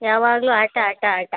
ಯಾವಾಗಲೂ ಆಟ ಆಟ ಆಟ